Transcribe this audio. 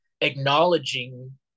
acknowledging